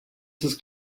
his